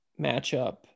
matchup